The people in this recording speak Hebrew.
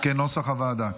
כנוסח הוועדה.